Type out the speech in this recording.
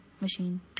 machine